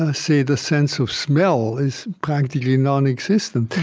ah say, the sense of smell is practically nonexistent.